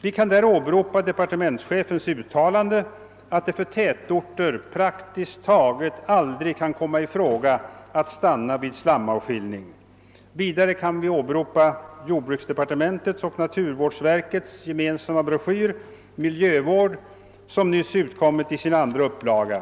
Vi kan där åberopa departementschefens uttalande, att det för tätorten praktiskt taget aldrig kan komma i fråga att stanna vid slamavskiljning. Vidare kan vi åberopa jordbruksdepartementets och = naturvårdsverkets gemensamma =<:broschyr Miljövård, som nyligen utkom i sin andra upplaga.